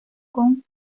con